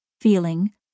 feeling